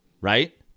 right